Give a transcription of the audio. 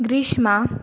ग्रीष्मा